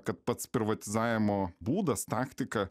kad pats privatizavimo būdas taktika